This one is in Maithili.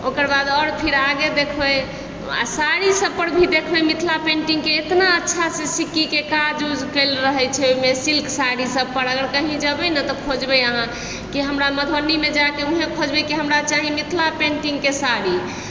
ओकर बाद आओर फिर आगे देखबै आओर साड़ी सभपर भी देखबै मिथिला पेन्टिङ्गके एतना अच्छासे सिक्कीके काज ऊज कएल रहै छै ओहिमे सिल्क साड़ी सभ पड़ल कि कहि जेबै ने तऽ खोजबै अहाँ कि हमरा मधुबनीमे जाके ओहे खोजबै कनि मिथिला पेन्टिङ्गके साड़ी